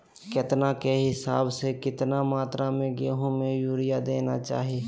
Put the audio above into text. केतना के हिसाब से, कितना मात्रा में गेहूं में यूरिया देना चाही?